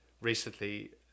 recently